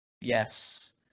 Yes